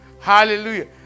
Hallelujah